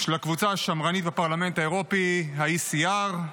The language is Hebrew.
של הקבוצה השמרנית בפרלמנט האירופי, ה-ECR.